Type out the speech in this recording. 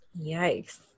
Yikes